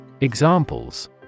Examples